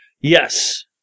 Yes